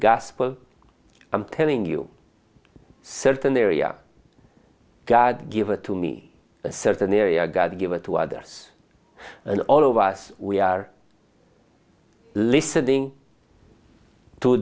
gospel i'm telling you a certain area god give it to me a certain area god give it to us and all of us we are listening to